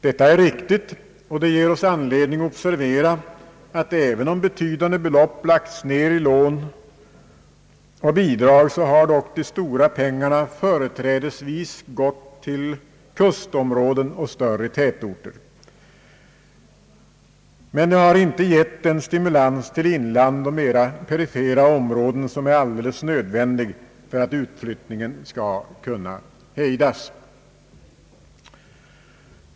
Detta är riktigt, och det ger oss anledning att observera att även om betydande belopp lagts ner i lån och bidrag, har dock de stora pengarna företrädesvis gått till kustområden och större tätorter. Men detta har inte gett den stimulans till inland och mera perifera områden som är alldeles nödvändig för att utflyttningen skall kunna hejdas.